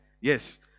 yes